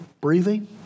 breathing